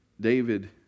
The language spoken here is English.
David